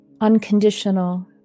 unconditional